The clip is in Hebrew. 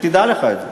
שתדע לך את זה.